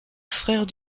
frère